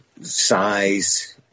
size